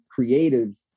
creatives